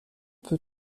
peu